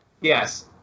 Yes